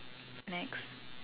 next